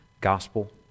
gospel